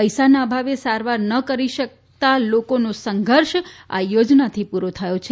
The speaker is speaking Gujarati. પૈસાના અભાવે સારવાર ન કરી શકતાં લોકોનો સંઘર્ષ આ યોજનાથી પૂરો થયો છે